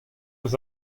eus